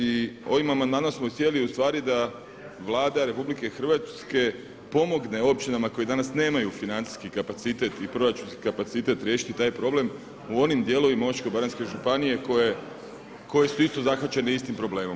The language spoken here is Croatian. I ovim amandmanom smo htjeli ostvariti da Vlada RH pomogne općinama koje danas nemaju financijski kapacitet i proračunski kapacitet riješiti taj problem u onim dijelovima Osječko-baranjske županije koje su isto zahvaćene istim problemom.